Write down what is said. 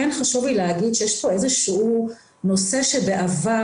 כן חשוב לי להגיד שיש פה איזשהו נושא שבעבר